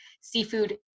seafood